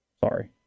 Sorry